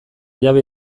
jabe